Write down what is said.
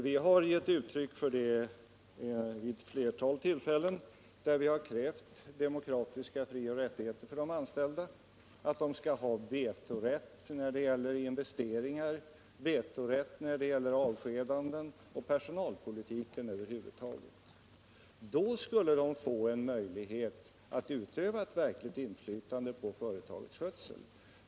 Vi har gett uttryck för det vid ett flertal tillfällen, då vi har krävt demokratiska frioch rättigheter för de anställda — att de skall ha vetorätt när det gäller investeringar, när det gäller avskedanden och personalpolitiken över huvud taget. Då skulle de få en möjlighet att utöva ett verkligt inflytande på företagets skötsel.